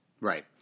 right